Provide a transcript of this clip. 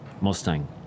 Mustang